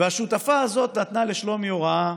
והשותפה הזאת נתנה לשלומי הוראה,